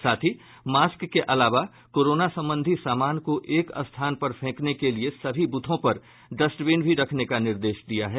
साथ ही मास्क के अलावा कोरोना संबंधी सामान को एक स्थान पर फेंकने के लिए सभी ब्रथों पर डस्टबिन भी रखने का निर्देश दिया है